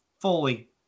Fully